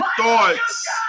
thoughts